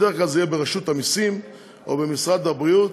בדרך כלל זה יהיה ברשות המסים או במשרד הבריאות.